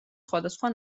სხვადასხვა